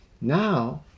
Now